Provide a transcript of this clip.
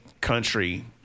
country